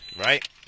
right